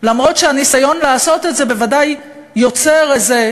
אף שהניסיון לעשות את זה בוודאי יוצר איזו